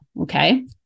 Okay